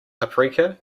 paprika